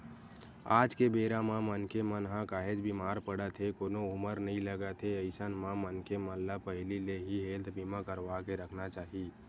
आज के बेरा म मनखे मन ह काहेच बीमार पड़त हे कोनो उमर नइ लगत हे अइसन म मनखे मन ल पहिली ले ही हेल्थ बीमा करवाके रखना चाही